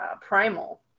primal